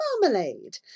marmalade